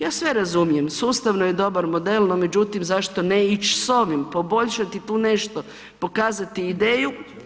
Ja sve razumijem, sustavno je dobar model, no međutim zašto ne ići s ovim, poboljšati tu nešto, pokazati ideju.